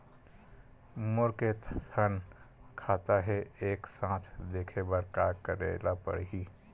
मोर के थन खाता हे एक साथ देखे बार का करेला पढ़ही?